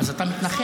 אז אתה מתנחל.